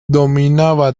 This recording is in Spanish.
dominaba